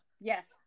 Yes